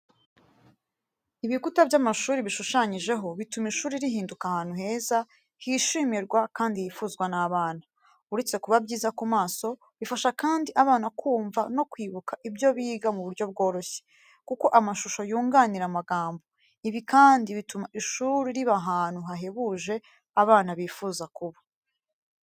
Ibikuta by'amashuri bishushanyijeho, bituma ishuri rihinduka ahantu heza, hishimirwa kandi hifuzwa n'abana. Uretse kuba byiza ku maso, bifasha kandi abana kumva no kwibuka ibyo biga mu buryo bworoshye, kuko amashusho yunganira amagambo. Ibi kandi bituma ishuri riba ahantu hahebuje abana bifuza kuba.